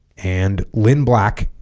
and lynn black